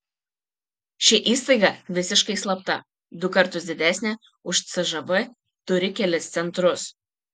ši įstaiga visiškai slapta du kartus didesnė už cžv turi kelis centrus